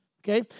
Okay